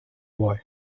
boy